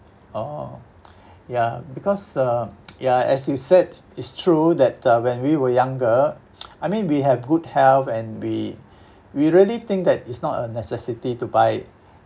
oh ya because uh ya as you said it's true that uh when we were younger I mean we have good health and we we really think that it's not a necessity to buy